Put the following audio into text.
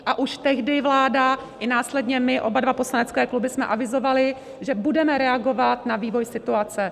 A už tehdy vláda i následně my oba dva poslanecké kluby jsme avizovaly, že budeme reagovat na vývoj situace.